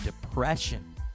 depression